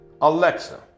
Alexa